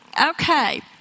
Okay